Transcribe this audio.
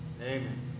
Amen